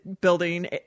building